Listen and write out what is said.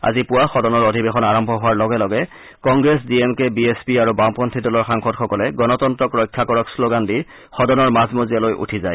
আজি পুৱা সদনৰ অধিবেশন আৰম্ভ হোৱাৰ লগে লগে Congress D M K B S P আৰু বাওঁপন্থী দলৰ সাংসদসকলে গণতন্ত্ৰক ৰক্ষা কৰক ম্নগান দি সদনৰ মাজমজিয়ালৈ উঠি যায়